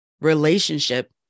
relationship